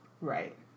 Right